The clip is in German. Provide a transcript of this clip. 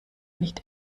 nicht